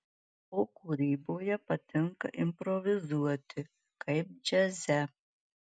o kūryboje patinka improvizuoti kaip džiaze